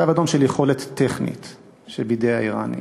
קו אדום של יכולת טכנית שבידי האיראנים.